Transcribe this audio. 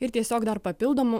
ir tiesiog dar papildomų